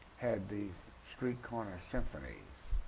had the street corner symphonies.